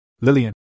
Lillian